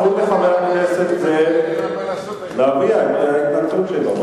תנו לחבר הכנסת זאב להביע את ההתנגדות שלו.